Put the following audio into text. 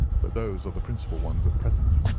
but those are the principal ones at present.